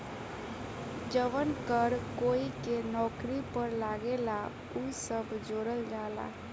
जवन कर कोई के नौकरी पर लागेला उ सब जोड़ल जाला